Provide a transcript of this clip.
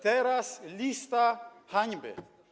Teraz lista hańby.